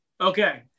Okay